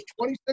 26